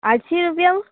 आटशी रुपया